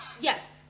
Yes